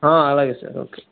అలాగే sir okay